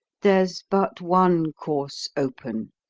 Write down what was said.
there's but one course open